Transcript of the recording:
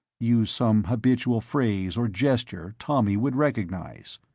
use some habitual phrase or gesture tommy would recognize.